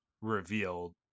revealed